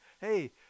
hey